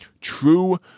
true